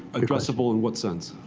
addressable in what sense?